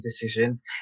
decisions